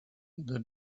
the